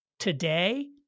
today